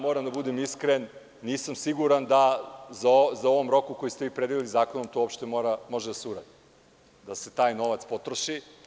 Moram da budem iskren, nisam siguran da u ovom roku koji ste vi predvideli zakonom to uopšte može da se uradi, da se taj novac potroši.